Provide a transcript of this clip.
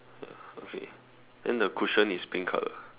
ya okay then the cushion is pink color